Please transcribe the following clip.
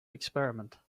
experiment